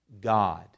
God